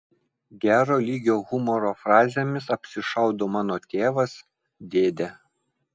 gero lygio humoro frazėmis apsišaudo mano tėvas dėdė